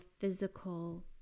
physical